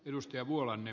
kannatan ed